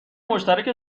مشترک